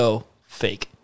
fake